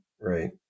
right